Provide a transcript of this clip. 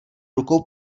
rukou